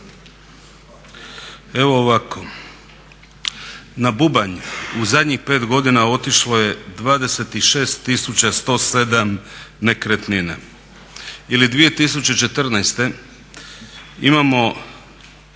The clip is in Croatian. Evo ovako, na bubanj u zadnjih 5 godina otišlo je 26 107 nekretnina ili 2014. imamo